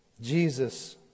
Jesus